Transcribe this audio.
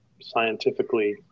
scientifically